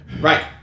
Right